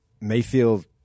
Mayfield